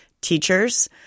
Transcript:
teachers